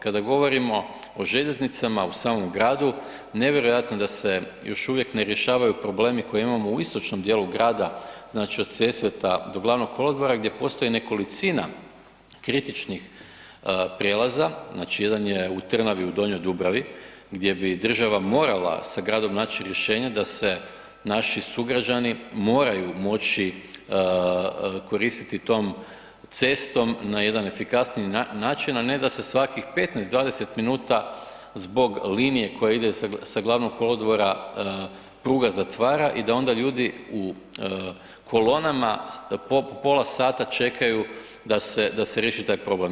Kada govorimo o željeznicama u samom gradu, nevjerojatno je da se još uvijek ne rješavaju problemi koje imamo istočnoj djelu grada, znači od Sesveta do Gl. kolodvora gdje postoji nekolicina kritičnih prijelaza, znači jedan je u Trnavi, u Donjoj Dubravi gdje bi država se morala sa gradom naći rješenje da se naši sugrađani moraju moći koristiti tom cestom na jedan efikasniji način a ne da se svakih 15, 20 min zbog linije koja ide sa Gl. kolodvora, pruga zatvara i da onda ljudi u kolonama pola sata čekaju da se riješi taj problem.